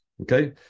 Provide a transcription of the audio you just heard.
Okay